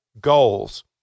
goals